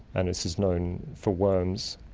and this is known for worms,